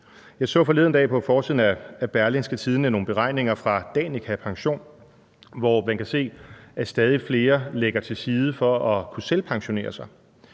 Jeg så forleden dag på forsiden af Berlingske nogle beregninger fra Danica Pension, hvor man kunne se, at stadig flere lægger til side for at kunne selvpensionere sig.